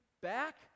back